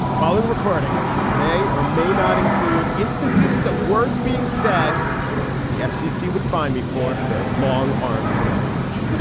following recording may or may not include instances of words being said that the fcc would find me for if their long arm could ever reach